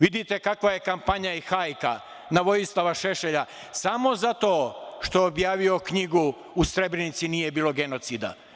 Vidite kakva je kampanja i hajka na Vojislava Šešelja, a samo zato što je objavio knjigu „U Srebrenici nije bilo genocida“